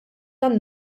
tan